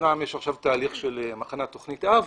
אמנם יש עכשיו תהליך של הכנת תוכנית אב,